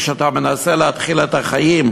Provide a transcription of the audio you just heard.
כשאתה מנסה להתחיל את החיים,